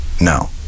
No